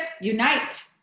unite